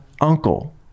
uncle